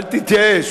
אל תתייאש.